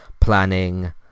planning